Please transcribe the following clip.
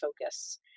focus